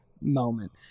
moment